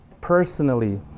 personally